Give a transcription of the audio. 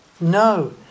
No